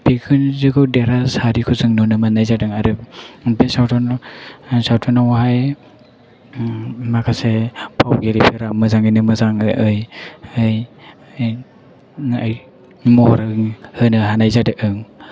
बिखुनजोखौ देरहासारिखौ जों नुनो मोननाय जादों आरो बे सावथुनावहाय माखासे फावगिरिफोरा मोजाङैनो मोजाङै महर होनो हानाय जादों